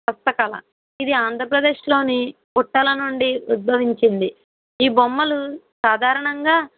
హస్తకళ ఇది ఆంధ్రప్రదేశ్లోని బుట్టల నుండి ఉద్భవించింది ఈ బొమ్మలు సాధారణంగా